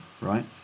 Right